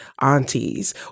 aunties